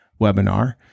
webinar